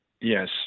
Yes